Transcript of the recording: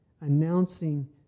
announcing